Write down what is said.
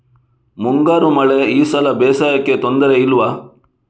ಮುಂಗಾರು ಮಳೆ ಈ ಸಲ ಬೇಸಾಯಕ್ಕೆ ತೊಂದರೆ ಇಲ್ವ?